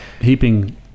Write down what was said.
heaping